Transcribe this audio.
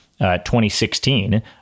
2016